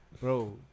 bro